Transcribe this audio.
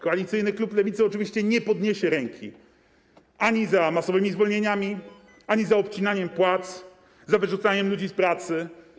Koalicyjny klub Lewicy oczywiście nie podniesie ręki ani za masowymi zwolnieniami, ani za obcinaniem płac, ani za wyrzucaniem ludzi z pracy.